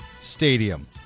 Stadium